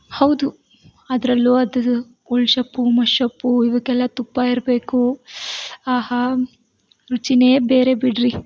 ಹೌದು ಅದರಲ್ಲೂ ಅದ್ರದ್ದು ಹುಳ್ಶೊಪ್ಪು ಮಸ್ಸೊಪ್ಪು ಇವಕ್ಕೆಲ್ಲ ತುಪ್ಪ ಇರಬೇಕು ಆಹಾ ರುಚಿಯೇ ಬೇರೆ ಬಿಡಿರಿ